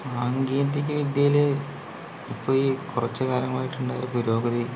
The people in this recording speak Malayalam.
സാങ്കേതിക വിദ്യയില് ഇപ്പോൾ ഈ കുറച്ചുകാലമായിട്ടുണ്ടായ പുരോഗതി